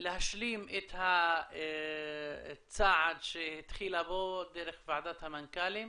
להשלים את הצעד שהתחילה בו דרך ועדת המנכ"לים,